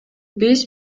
биз